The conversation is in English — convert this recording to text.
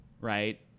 Right